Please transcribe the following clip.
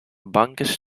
bankers